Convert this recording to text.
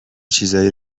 چیزایی